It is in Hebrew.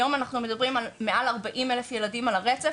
היום אנחנו מדברים על 40 אלף ילדים על הרצף.